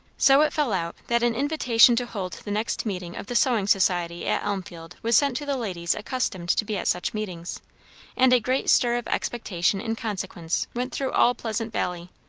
so it fell out that an invitation to hold the next meeting of the sewing society at elmfield was sent to the ladies accustomed to be at such meetings and a great stir of expectation in consequence went through all pleasant valley.